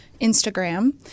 Instagram